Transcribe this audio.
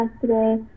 today